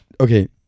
okay